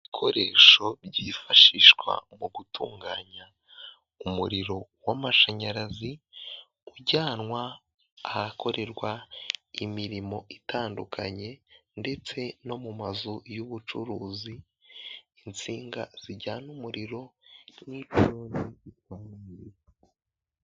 Ibikoresho byifashishwa mu gutunganya umuriro w'amashanyarazi ujyanwa ahakorerwa imirimo itandukanye, ndetse no mu mazu y'ubucuruzi insinga zijyana umuriro w'i....